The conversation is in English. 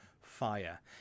fire